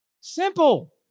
Simple